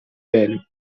velho